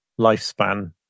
lifespan